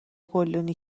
گلدانی